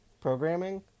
programming